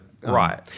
right